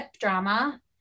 drama